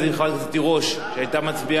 שהיתה מצביעה בעד,